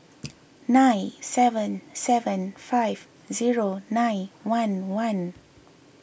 nine seven seven five zero nine one one